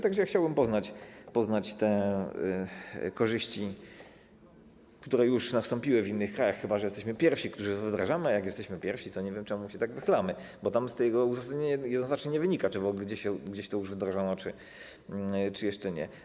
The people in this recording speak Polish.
Tak że ja chciałbym poznać te korzyści, które już nastąpiły w innych krajach, chyba że jesteśmy pierwsi, którzy to wdrażamy, a jak jesteśmy pierwsi, to nie wiem, czemu się tak wychylamy, bo z tego uzasadnienia jednoznacznie nie wynika, czy w ogóle gdzieś to już wdrożono, czy jeszcze nie.